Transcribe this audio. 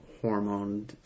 hormone